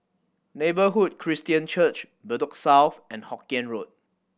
Neighbourhood Christian Church Bedok South and Hokien Road